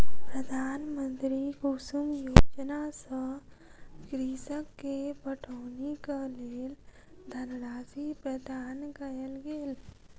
प्रधानमंत्री कुसुम योजना सॅ कृषक के पटौनीक लेल धनराशि प्रदान कयल गेल